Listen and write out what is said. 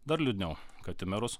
dar liūdniau kad į merus